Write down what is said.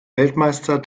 weltmeister